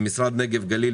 עם משרד נגב גליל,